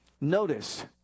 notice